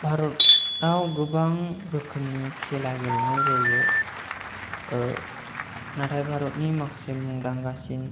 भारताव गोबां रोखोमनि खेला गेलेनाय जायो नाथाय भारतनि माखासे मुंदांखासिन